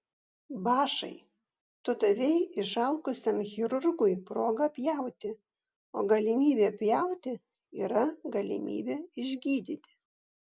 bašai tu davei išalkusiam chirurgui progą pjauti o galimybė pjauti yra galimybė išgydyti